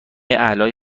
اعلای